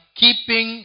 keeping